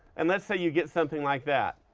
and let's say you get something like that.